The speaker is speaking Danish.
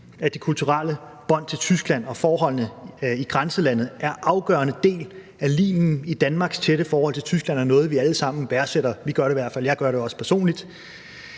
at de kulturelle bånd til Tyskland og forholdene i grænselandet er en afgørende del af limen i Danmarks tætte forhold til Tyskland og noget, vi alle sammen værdsætter. Vi gør det i hvert fald – og jeg gør det også personligt